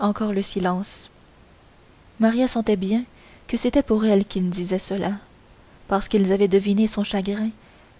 encore le silence maria sentait bien que c'était pour elle qu'ils disaient cela parce qu'ils avaient deviné son chagrin